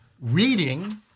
reading